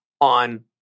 on